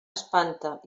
espanta